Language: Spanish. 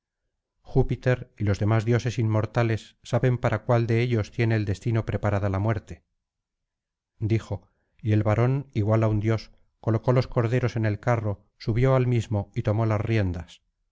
júpiter y los demás dioses inmortales saben para cuál de ellos tiene el destino preparada la muerte dijo y el varón igual á un dios colocó los corderos en el carro subió al mismo y tomó las riendas